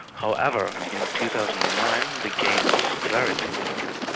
however, in two thousand and nine the gain was very significant,